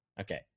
Okay